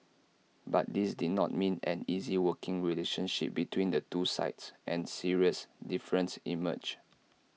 but this did not mean an easy working relationship between the two sides and serious differences emerged